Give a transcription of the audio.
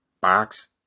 box